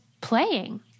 playing